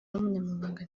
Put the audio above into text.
n’umunyamabanga